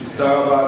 תודה רבה,